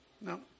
no